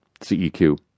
CEQ